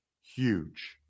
Huge